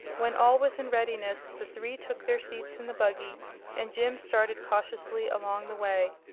when all was in readiness the three took their seats in the buggy and jim started cautiously along the way,